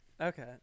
Okay